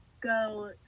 go